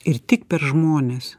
ir tik per žmones